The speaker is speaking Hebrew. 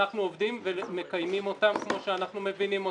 ואנחנו עובדים ומקיימים אותם כמו שאנחנו מבינים אותם.